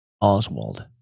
Oswald